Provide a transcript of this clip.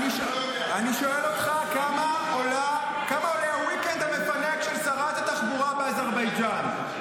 אני שואל אותך כמה עולה ה-weekend המפנק של שרת התחבורה באזרבייג'ן.